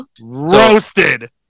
roasted